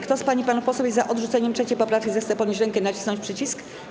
Kto z pań i panów posłów jest za odrzuceniem 3. poprawki, zechce podnieść rękę i nacisnąć przycisk.